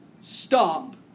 stop